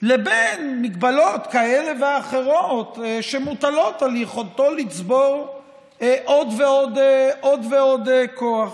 לבין הגבלות כאלה ואחרות שמוטלות על יכולתו לצבור עוד ועוד כוח.